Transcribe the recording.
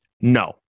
No